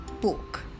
book